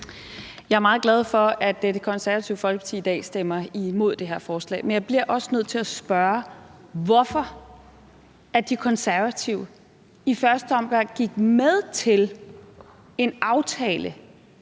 Jeg er meget glad for, at Det Konservative Folkeparti i dag stemmer imod det her forslag. Men jeg bliver også nødt til at spørge, hvorfor De Konservative i første omgang gik med til en aftale,